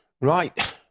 Right